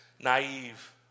naive